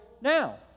now